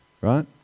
right